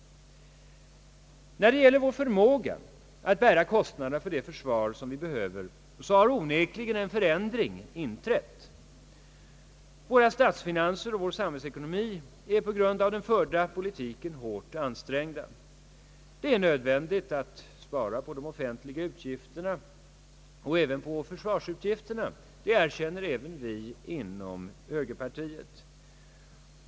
När det gäller vår förmåga att bära kostnaderna för det försvar som vi behöver har onekligen en förändring inträtt. Våra statsfinanser och vår samhällsekonomi är på grund av den förda politiken hårt ansträngda. Det är nödvändigt att spara på de offentliga utgifterna — också på försvarsutgifterna; det känner vi även inom högerpartiet.